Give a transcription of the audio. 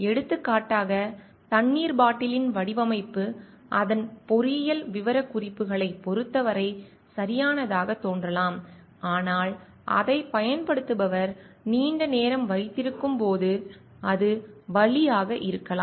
எடுத்துக்காட்டாக தண்ணீர் பாட்டிலின் வடிவமைப்பு அதன் பொறியியல் விவரக்குறிப்புகளைப் பொறுத்தவரை சரியானதாக தோன்றலாம் ஆனால் அதைப் பயன்படுத்துபவர் நீண்ட நேரம் வைத்திருக்கும் போது அது வலியாக இருக்கலாம்